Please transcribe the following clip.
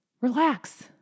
relax